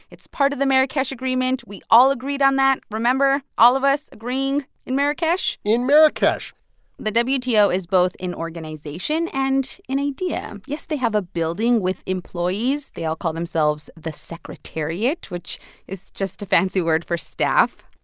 it's part of the marrakesh agreement. we all agreed on that. remember all of us agreeing in marrakesh? in marrakesh the wto is both an organization and an idea. yes, they have a building with employees. they all call themselves the secretariat, which is just a fancy word for staff